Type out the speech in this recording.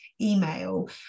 email